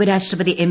ഉപരാഷ്ട്രപതി എം